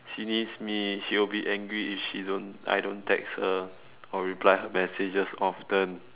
she needs me she will be angry if she don't I don't text her or reply her messages often